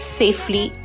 safely